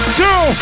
two